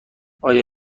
آیا